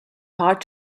hard